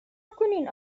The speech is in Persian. کنین